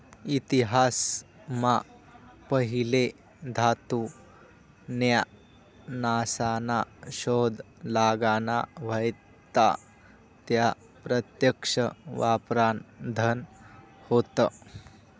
इतिहास मा पहिले धातू न्या नासना शोध लागना व्हता त्या प्रत्यक्ष वापरान धन होत